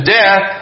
death